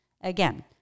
Again